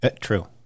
True